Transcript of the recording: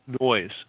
noise